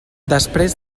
després